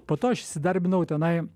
po to aš įsidarbinau tenai